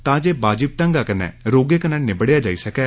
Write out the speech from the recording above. तां जे वाजिब ढंगै नै रोगें कन्नै निबड़ेआ जाई सकै